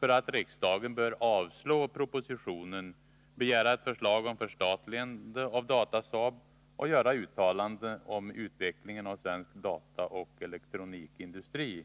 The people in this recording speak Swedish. för att riksdagen bör avslå propositionen, begära förslag om förstatligande av Datasaab AB och göra uttalande om utvecklingen av en svensk dataoch elektronikindustri.